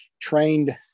trained –